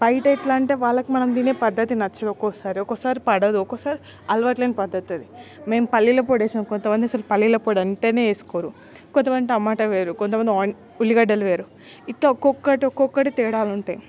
బయటెట్లంటే వాళ్ళకు మనం తినే పద్దతి నచ్చదు ఒక్కోసారి ఒక్కోసారి పడదు ఒకోసారి అలవాటు లేని పద్దతది మేం పల్లీల పొడి వేసాం కొంతమందసలు పల్లీల పొడి అంటేనే వేసుకోరు కొంతమంది టమాట వేయరు కొంతమంది ఆని ఉల్లిగడ్డలు వేయరు ఇట్టా ఒక్కొక్కటి ఒక్కొక్కటి తేడాలుంటయి